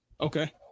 Okay